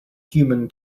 human